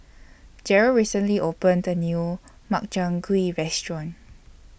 Jerrel recently opened The New Makchang Gui Restaurant